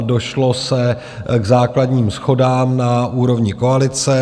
Došlo se k základním shodám na úrovni koalice.